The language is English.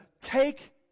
take